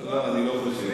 לא, אני לא חושב.